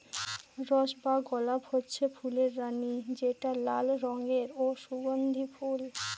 rose বা গলাপ হচ্ছে ফুলের রানী যেটা লাল রঙের ও সুগন্ধি ফুল